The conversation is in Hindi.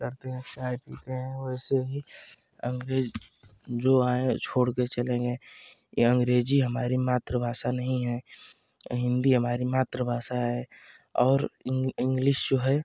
रहते हैं चाय पीते हैं वैसे ही अंग्रेज जो आए छोड़ कर चले गए ये अंगरेजी हमारी मातृभाषा नहीं है हिन्दी हमारी मातृभाषा है और इंग इंग्लिश जो है